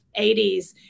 80s